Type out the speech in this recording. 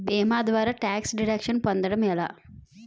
భీమా ద్వారా tax deduction పొందటం ఎలా?